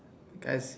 guys